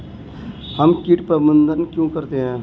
हम कीट प्रबंधन क्यों करते हैं?